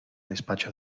despacho